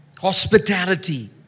Hospitality